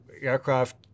aircraft